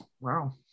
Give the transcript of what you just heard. Wow